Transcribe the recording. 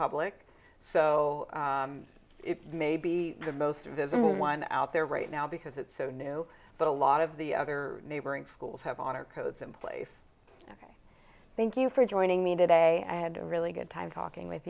public so it may be the most visible one out there right now because it's so new but a lot of the other neighboring schools have honor codes in place thank you for joining me today i had a really good time talking with